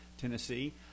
Tennessee